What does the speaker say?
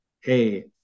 hey